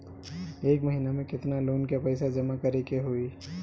एक महिना मे केतना लोन क पईसा जमा करे क होइ?